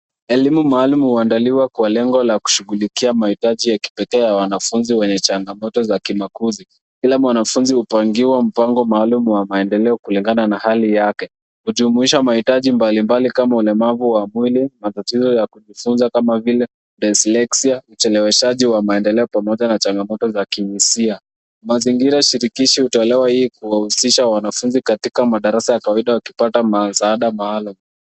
Elimu maalumu uandaliwa kwa lengo la kushughulikia mahitaji ya kipekee ya wanafunzi wenye changamoto za kimakuzi, kila mwanafunzi hupangiwa mpango maalum wa maendeleo kulingana na hali yake kujumuisha mahitaji mbalimbali kama ulemavu wa mwili ,matatizo ya kujifunza kama vile densilasia, ucheleweshaji wa maendeleo pamoja na changamoto za kihisia, mazingira shirikishi hutolewa hii kuwahusisha wanafunzi katika madarasa ya kawaida wakipata msaada maalum.